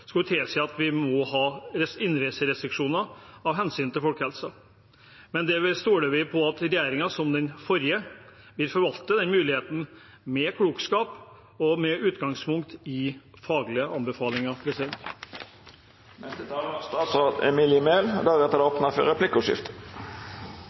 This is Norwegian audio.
skulle tilsi at vi må ha innreiserestriksjoner av hensyn til folkehelsen. Med det stoler vi på at regjeringen, som den forrige, vil forvalte den muligheten med klokskap og med utgangspunkt i faglige anbefalinger. Dette er tredje gang det blir foreslått å forlenge den midlertidige loven om innreiserestriksjoner. Det